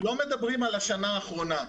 לא מדברים על השנה האחרונה.